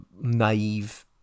naive